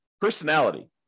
personality